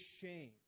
shame